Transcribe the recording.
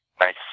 nice